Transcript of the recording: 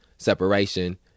separation